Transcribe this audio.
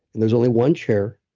there's only one chair,